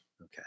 Okay